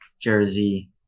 Jersey